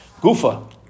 Gufa